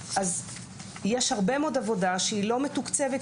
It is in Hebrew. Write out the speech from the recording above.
אז יש הרבה מאוד עבודה שהיא לא מתוקצבת,